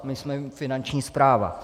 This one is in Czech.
My jsme Finanční správa.